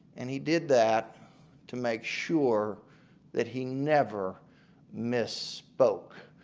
and he did that to make sure that he never missspoke.